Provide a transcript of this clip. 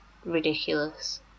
ridiculous